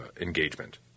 engagement